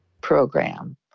program